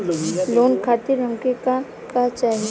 Loan खातीर हमके का का चाही?